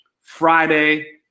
Friday